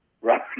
Right